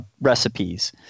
recipes